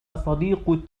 صديق